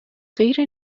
غیر